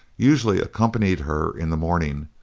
usually accompanied her in the morning,